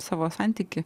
savo santykį